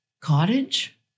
cottage